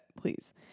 please